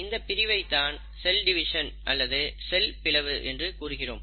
இந்தப் பிரிவைத் தான் செல் டிவிஷன் அல்லது செல் பிளவு என்று கூறுகிறோம்